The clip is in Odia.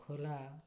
ଖୋଲା